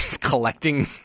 collecting